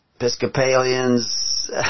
Episcopalians